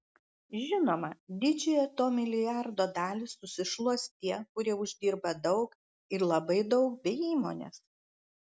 žinoma didžiąją to milijardo dalį susišluos tie kurie uždirba daug ir labai daug bei įmonės